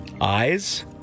Eyes